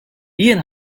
jien